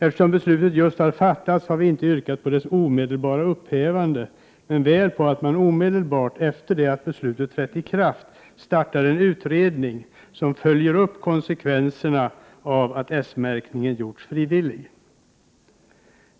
Eftersom beslutet just har fattats har vi inte yrkat på dess omedelbara upphävande men väl på att man omedelbart, efter det att beslutet trätt i kraft, startar en utredning som följer upp konsekvenserna av att S-märkningen gjorts frivillig.